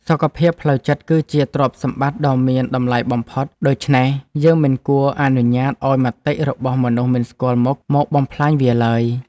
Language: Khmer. សុខភាពផ្លូវចិត្តគឺជាទ្រព្យសម្បត្តិដ៏មានតម្លៃបំផុត ដូច្នេះយើងមិនគួរអនុញ្ញាតឱ្យមតិរបស់មនុស្សមិនស្គាល់មុខមកបំផ្លាញវាឡើយ។